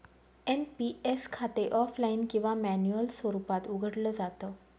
NPS खाते offline किंवा manual स्वरूपात उघडलं जात